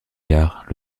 vieillards